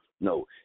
No